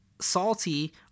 salty